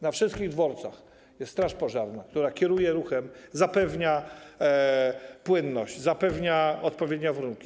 Na wszystkich dworcach jest straż pożarna, która kieruje ruchem, zapewnia płynność, odpowiednie warunki.